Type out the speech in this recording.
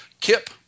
Kip